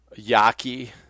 Yaki